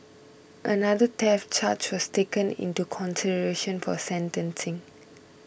another theft charge was taken into consideration for sentencing